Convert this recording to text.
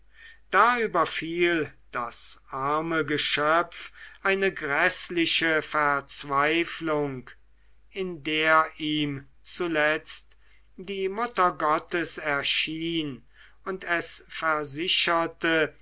da überfiel das arme geschöpf eine gräßliche verzweiflung in der ihm zuletzt die mutter gottes erschien und es versicherte